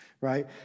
right